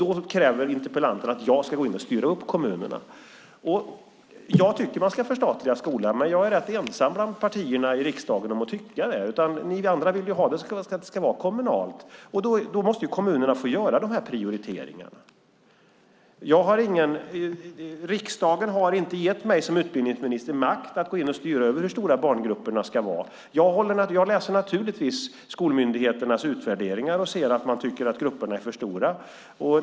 Då kräver interpellanten att jag ska gå in och styra upp kommunerna. Jag tycker att man ska förstatliga skolan, men jag är rätt ensam bland partierna i riksdagen om att tycka det. Ni andra vill att skolan ska vara kommunal. Då måste kommunerna få göra dessa prioriteringar. Riksdagen har inte gett mig som utbildningsminister makt att gå in och styra över hur stora barngrupperna ska vara. Jag läser naturligtvis skolmyndigheternas utvärderingar och ser att man tycker att grupperna är för stora.